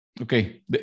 okay